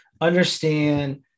understand